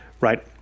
right